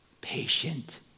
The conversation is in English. patient